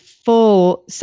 full